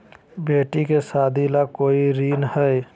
बेटी के सादी ला कोई ऋण हई?